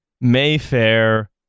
Mayfair